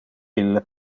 ille